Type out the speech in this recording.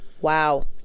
Wow